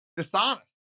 Dishonest